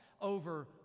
over